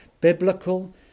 biblical